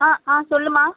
ஆ ஆ சொல்லுமா